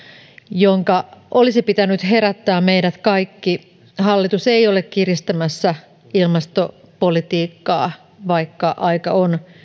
jonka olisi pitänyt herättää meidät kaikki hallitus ei ole kiristämässä ilmastopolitiikkaa vaikka aika on